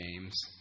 James